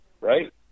Right